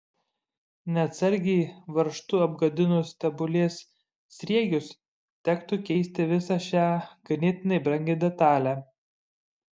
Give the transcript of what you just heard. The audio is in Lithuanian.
neatsargiai varžtu apgadinus stebulės sriegius tektų keisti visą šią ganėtinai brangią detalę